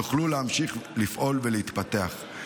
יוכלו להמשיך לפעול ולהתפתח.